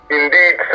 indeed